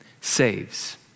saves